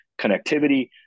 connectivity